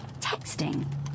texting